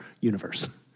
universe